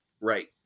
Right